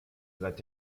seit